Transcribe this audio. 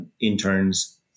interns